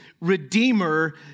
redeemer